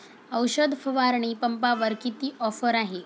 औषध फवारणी पंपावर किती ऑफर आहे?